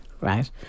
right